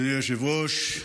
אדוני היושב-ראש,